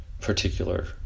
particular